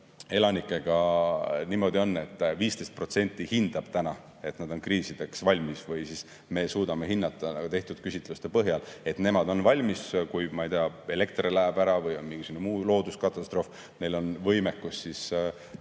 elanikega on niimoodi, et 15% hindab täna, et nad on kriisideks valmis või me suudame hinnata tehtud küsitluste põhjal, et nemad on valmis, kui, ma ei tea, elekter läheb ära või on mingisugune muu looduskatastroof. Neil on võimekus siis see